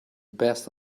best